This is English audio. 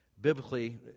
biblically